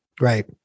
right